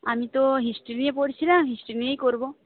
আমি তো হিস্ট্রি নিয়ে পড়ছিলাম হিস্ট্রি নিয়েই করব